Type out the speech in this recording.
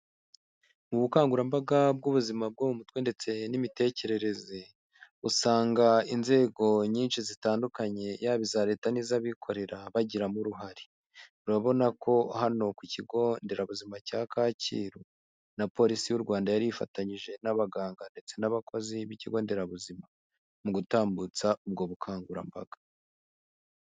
Mu bukangurambaga bw'ubuzima bwo mutwe ndetse n'imitekerereze, usanga inzego nyinshi zitandukanye yaba iza Leta n'iz'abikorera bagiramo uruhare, urabona ko hano ku kigo nderabuzima cya Kacyiru na polisi y'u Rwanda yari yifatanyije n'abaganga ndetse n'abakozi b'ikigo nderabuzima mu gutambutsa ubwo bukangurambaga.